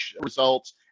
results